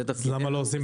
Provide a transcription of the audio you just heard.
זה תפקידנו.